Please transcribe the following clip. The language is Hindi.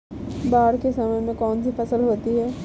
बाढ़ के समय में कौन सी फसल होती है?